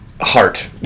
heart